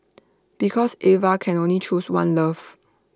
because Eva can only choose one love